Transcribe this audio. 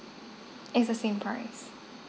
it's the same price